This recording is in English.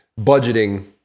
budgeting